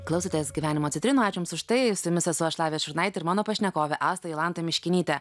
klausotės gyvenimo citrinų ačiū jums už tai su jumis esu aš lavija šurnaitė ir mano pašnekovė asta jolanta miškinytė